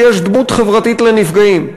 כי יש דמות חברתית לנפגעים.